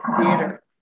theater